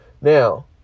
Now